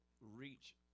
Reach